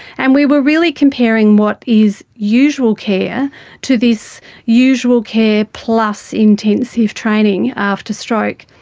and we were really comparing what is usual care to this usual care plus intensive training after stroke.